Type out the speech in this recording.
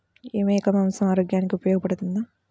మేక మాంసం ఆరోగ్యానికి ఉపయోగపడుతుందా?